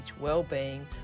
well-being